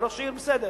וראש עיר בסדר,